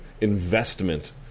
investment